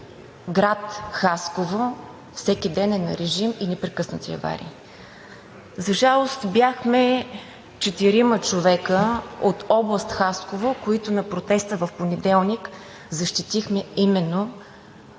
град Хасково всеки ден е на режим и непрекъснати аварии. За жалост, бяхме четирима човека от област Хасково, които на протеста в понеделник, защитихме именно